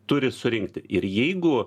turi surinkti ir jeigu